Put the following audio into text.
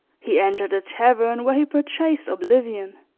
he entered a tavern where he purchased oblivion